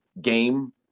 game